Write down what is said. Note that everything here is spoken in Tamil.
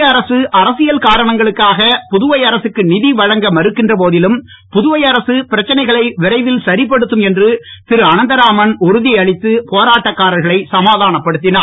மத்திய அரசு அரசியல் காரணங்களுக்காக புதுவை அரசுக்கு நிதி வழங்க மறுக்கின்ற போதிலும் புதுவை அரசு பிரச்னைகளை விரைவில் சரிப்படுத்தும் என்று திரு போராட்டக்காரர்களை சமாதானப்படுத்தினார்